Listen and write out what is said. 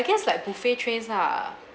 guess like buffet trays lah